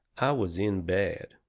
i was in bad.